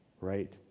right